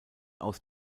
aus